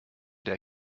der